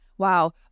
Wow